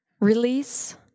Release